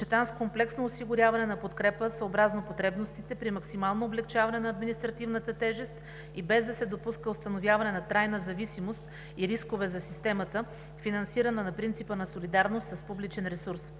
съчетан с комплексното осигуряване на подкрепа, съобразно потребностите при максимално облекчаване на административната тежест и без да се допуска установяване на трайна зависимост и рискове за системата, финансирана на принципа на солидарност с публичен ресурс.